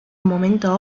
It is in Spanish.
momento